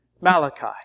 Malachi